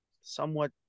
somewhat